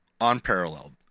unparalleled